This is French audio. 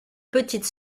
petites